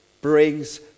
brings